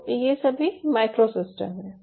तो ये सभी माइक्रो सिस्टम हैं